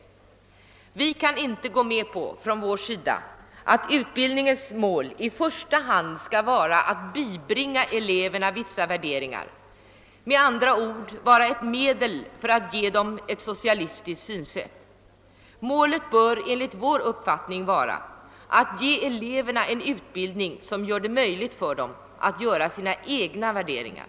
Från vår sida kan vi inte gå med på att utbildningens mål i första hand skall vara att bibringa eleverna vissa värderingar — med andra ord vara ett medel för att ge dem ett socialistiskt synsätt. Målet bör enligt vår mening vara att ge eleverna en utbildning som gör det möjligt för dem att göra sina egna värderingar.